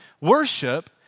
Worship